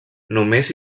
només